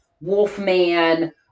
Wolfman